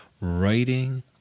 writing